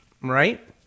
Right